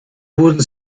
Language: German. wurden